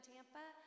Tampa